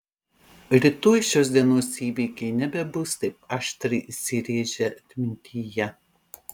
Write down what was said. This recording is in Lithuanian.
rytoj šios dienos įvykiai nebebus taip aštriai įsirėžę atmintyje